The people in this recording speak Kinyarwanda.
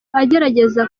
agerageza